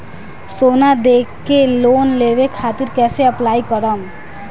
सोना देके लोन लेवे खातिर कैसे अप्लाई करम?